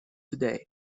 today